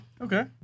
okay